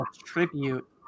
attribute